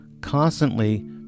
constantly